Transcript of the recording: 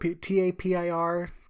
T-A-P-I-R